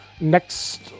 next